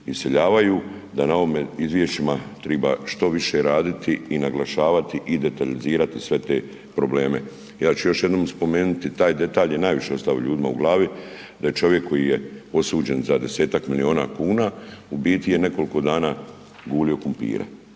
iseljavaju, da na ovim izvješćima treba što više raditi i naglašavati i detaljizirati sve te probleme. Ja ću još jednom spomenuti taj detalj je najviše ostao ljudima u glavi, da je čovjek koji je osuđen za 10-ak milijun kuna, u biti je nekoliko dana gulio krumpire.